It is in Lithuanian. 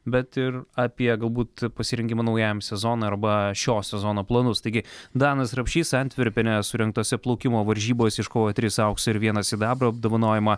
bet ir apie galbūt pasirengimą naujajam sezonui arba šio sezono planus taigi danas rapšys antverpene surengtose plaukimo varžybose iškovojo tris aukso ir vieną sidabro apdovanojimą